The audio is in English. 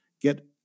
get